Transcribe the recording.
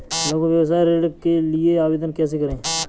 लघु व्यवसाय ऋण के लिए आवेदन कैसे करें?